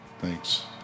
Thanks